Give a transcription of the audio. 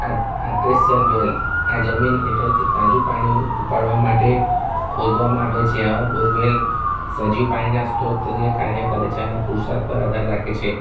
artesian well આ જમીન હેઠળથી તાજું પાણી ઉપાડવા માટે ખોદવામાં આવે છે આ બોરવેલ સજીવ પાણીના સ્ત્રોત તરીકે કાર્ય કરે છે અને પુરુષાર્થ પર આધાર રાખે છે